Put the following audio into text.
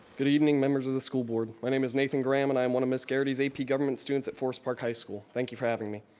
good evening members of the school board. my name is nathan graham and i am one of ms. garrity's ap government students at forest park high school. thank you for having me.